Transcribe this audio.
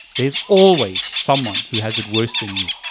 there is always someone who has it worse than you.